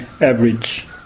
average